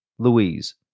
Louise